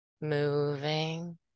Moving